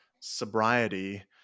sobriety